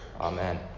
Amen